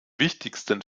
wichtigsten